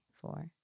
four